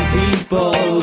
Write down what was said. people